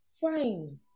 fine